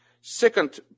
Second